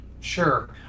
Sure